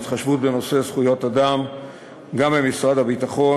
על ההתחשבות בנושא זכויות אדם גם במשרד הביטחון